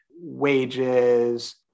wages